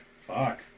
fuck